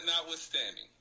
Notwithstanding